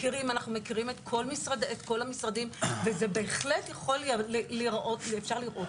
מכירים את כל המשרדים וזה בהחלט יכול להיראות ואפשר לראות